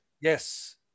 Yes